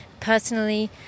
Personally